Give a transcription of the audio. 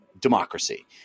democracy